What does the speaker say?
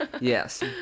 yes